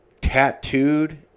tattooed